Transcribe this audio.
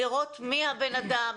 לראות מי הבן אדם,